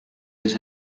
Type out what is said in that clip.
les